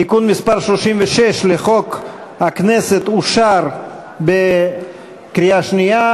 תיקון מס' 36 לחוק הכנסת אושר בקריאה שנייה.